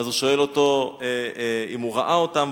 הוא שואל אותו אם הוא ראה אותם,